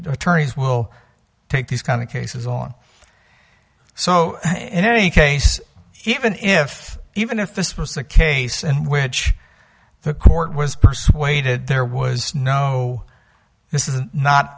attorneys will take these kind of cases on so in any case even if even if this was a case in which the court was persuaded there was no this is not